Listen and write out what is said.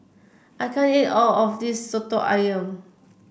I can't eat all of this soto ayam